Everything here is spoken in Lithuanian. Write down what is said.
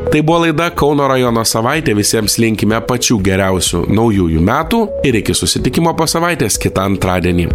tai buvo laida kauno rajono savaitė visiems linkime pačių geriausių naujųjų metų ir iki susitikimo po savaitės kitą antradienį